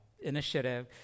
initiative